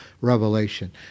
Revelation